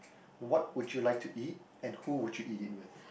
what would you like to eat and who would you eat it with